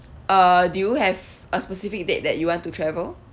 uh do you have a specific date that you want to travel